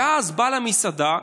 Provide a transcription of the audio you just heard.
ואז בעל המסעדה,